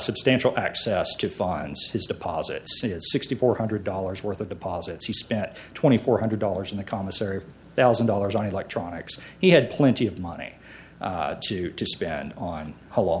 substantial access to his deposit sixty four hundred dollars worth of deposits he spent twenty four hundred dollars in the commissary thousand dollars on electronics he had plenty of money to spend on how long